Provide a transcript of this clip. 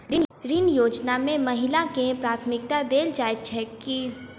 ऋण योजना मे महिलाकेँ प्राथमिकता देल जाइत छैक की?